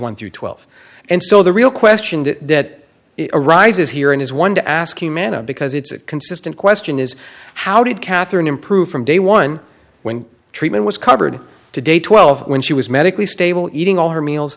one through twelve and so the real question that arises here and is one to ask humana because it's a consistent question is how did catherine improve from day one when treatment was covered to day twelve when she was medically stable eating all her meals